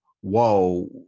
whoa